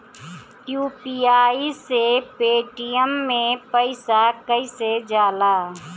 UPI से Paytm मे पैसा कइसे जाला?